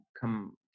come